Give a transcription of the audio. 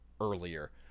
earlier